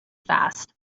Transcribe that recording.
fast